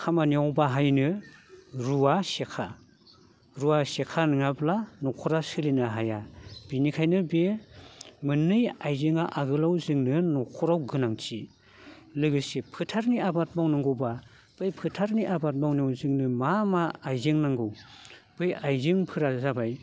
खामानियाव बाहायनो रुवा सेखा रुवा सेखा नङाब्ला न'खरा सोलिनो हाया बिनिखायनो बे मोननै आइजेंआ आगोलाव जोंनो न'खराव गोनांथि लोगोसे फोथारनि आबाद मावनांगौब्ला बै फोथारनि आबाद मावनायाव जोंनो मा मा आइजें नांगौ बै आइजेंफोरा जाबाय